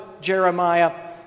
Jeremiah